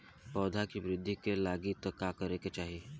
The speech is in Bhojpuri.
पौधों की वृद्धि के लागी का करे के चाहीं?